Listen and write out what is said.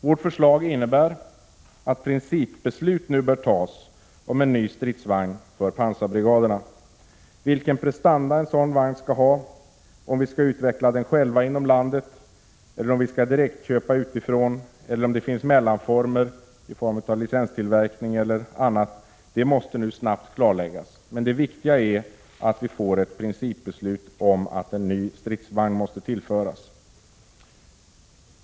Vårt förslag innebär att principbeslut bör fattas om en ny stridsvagn för pansarbrigaderna. Vilken prestanda en sådan vagn skall ha, om vi skall utveckla den själva inom landet, om vi skall direktköpa utifrån eller om det finns mellanformer — licenstillverkning eller annat — måste snabbt klarläggas. Men det viktiga är att vi får ett principbeslut om att en ny stridsvagn måste tillföras.